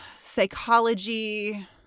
psychology